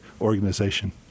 organization